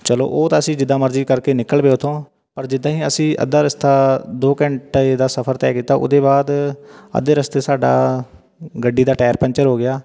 ਚਲੋ ਉਹ ਤਾਂ ਅਸੀਂ ਜਿੱਦਾਂ ਮਰਜ਼ੀ ਕਰਕੇ ਨਿਕਲ ਪਏ ਉੱਥੋਂ ਪਰ ਜਿੱਦਾਂ ਹੀ ਅਸੀਂ ਅੱਧਾ ਰਸਤਾ ਦੋ ਘੰਟੇ ਦਾ ਸਫਰ ਤੈਅ ਕੀਤਾ ਉਹਦੇ ਬਾਅਦ ਅੱਧੇ ਰਸਤੇ ਸਾਡਾ ਗੱਡੀ ਦਾ ਟਾਇਰ ਪੈਂਚਰ ਹੋ ਗਿਆ